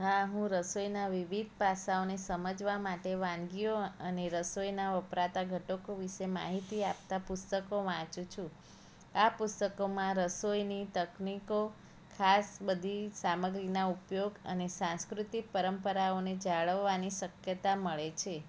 હા હું રસોઈના વિવિધ પાસાઓને સમજવા માટે વાનગીઓ અને રસોઈના વપરાતા ઘટકો વિશે માહિતી આપતા પુસ્તકો વાંચું છું આ પુસ્તકોમાં રસોઈની તકનિકો ખાસ બધી સામગ્રીના ઉપયોગ અને સાંસ્કૃતિક પરંપરાઓને જાળવવાની શક્યતા મળે છે